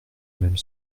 même